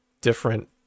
different